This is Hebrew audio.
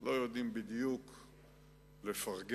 שלא יודעים בדיוק לפרגן,